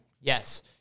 Yes